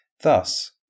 Thus